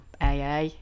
AA